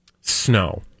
snow